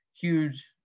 Huge